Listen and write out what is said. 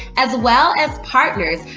as well as partners,